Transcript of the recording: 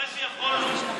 הלוואי שיכולנו.